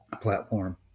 platform